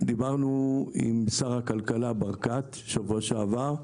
דיברנו עם שר הכלכלה ברקת בשבוע שעבר,